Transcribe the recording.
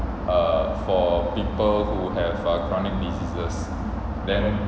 err for people who have err chronic diseases demo